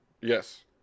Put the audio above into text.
Yes